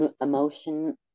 emotion